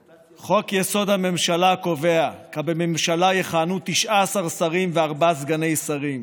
חוק-יסוד: הממשלה קובע שבממשלה יכהנו 19 שרים וארבעה סגני שרים.